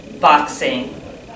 boxing